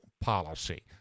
policy